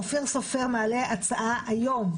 אופיר סופר מעלה הצעה היום.